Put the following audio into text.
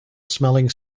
smelling